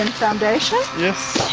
and foundation? yes,